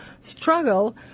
struggle